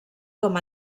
com